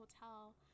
hotel